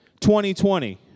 2020